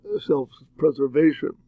self-preservation